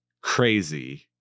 crazy